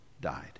died